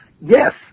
Yes